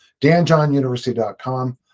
DanJohnUniversity.com